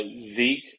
Zeke